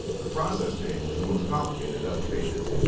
the process page is the most complicated of the pages.